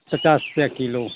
पचास रुपया किलो